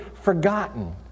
forgotten